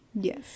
Yes